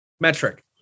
metric